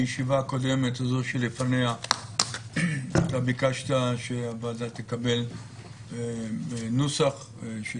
בישיבה הקודמת או זו שלפניה ביקשת שהוועדה תקבל נוסח של